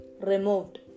removed